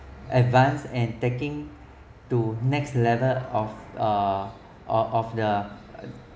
advance and taking to next level of uh of of the